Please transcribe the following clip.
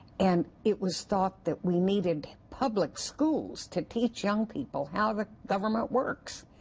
and it was thought that we needed public schools to teach young people how the government works.